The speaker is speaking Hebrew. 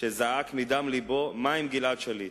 שזעק מדם לבו: מה עם גלעד שליט.